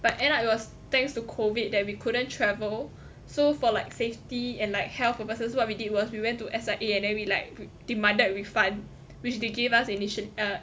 but end up it was thanks to COVID that we couldn't travel so for like safety and like health purposes what we did was we went to S_I_A and then we like demanded a refund which they gave us ini~